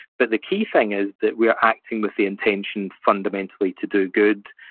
but the key thing is that we are acting with the intention, fundamentally, to do good,